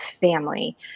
family